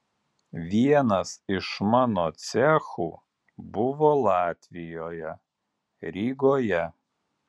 vienas iš mano cechų buvo latvijoje rygoje